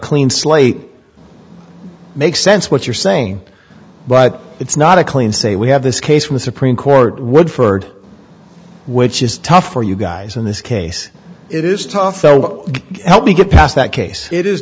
clean slate makes sense what you're saying but it's not a clean say we have this case from the supreme court would ferd which is tough for you guys in this case it is tough so help me get past that case it is